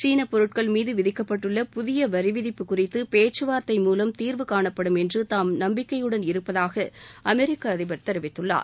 சீன பொருட்கள் மீது விதிக்கப்பட்டுள்ள புதிய வரி விதிப்பு குறித்து பேச்சுவார்த்தை மூலம் தீர்வு காணப்படும் என்று தாம் நம்பிக்கையுடன் இருப்பதாக அமெரிக்க அதிபர் தெரிவித்துள்ளார்